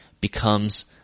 becomes